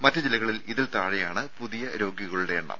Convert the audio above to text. മറ്റു ജില്ലകളിൽ ഇതിൽ താഴെയാണ് പുതിയ രോഗികളുടെ എണ്ണം